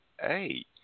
Hey